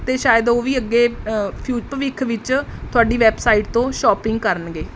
ਅਤੇ ਸ਼ਾਇਦ ਉਹ ਵੀ ਅੱਗੇ ਫਿਊ ਭਵਿੱਖ ਵਿੱਚ ਤੁਹਾਡੀ ਵੈੱਬਸਾਈਟ ਤੋਂ ਸ਼ੋਪਿੰਗ ਕਰਨਗੇ